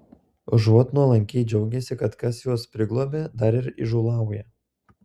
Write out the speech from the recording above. užuot nuolankiai džiaugęsi kad kas juos priglobė dar ir įžūlauja